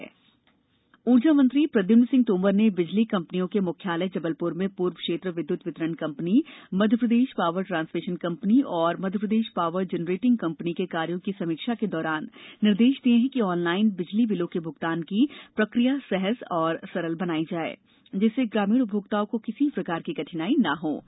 online bill ऊर्जा मंत्री प्रद्युम्न सिंह तोमर ने बिजली कंपनियों के मुख्यालय जबलपुर में पूर्व क्षेत्र विद्युत वितरण company Madhya Pradesh power transmission company एवं मध्यप्रदेश पावर जनरेटिंग कंपनी के कार्यो की समीक्षा के दौरान निर्देश दिए कि ऑनलाइन बिजली बिलों के भुगतान की प्रक्रिया सहज व सरल बनाई जाए जिससे कि ग्रामीण उपभोक्ताओं को किसी भी प्रकार की कठिनाई न आए